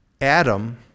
Adam